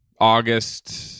August